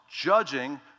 judging